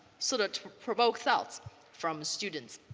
sort of provoke thoughts from students.